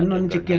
hundred